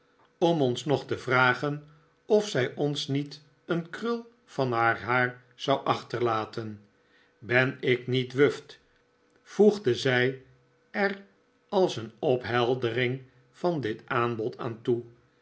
om ons nog te vragen of zij ons niet een krul van haar haar zou achterlaten ben ik niet wuft voegde zij er als een opheldering van dit aanbod aan toe